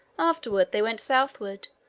afterward they went southward,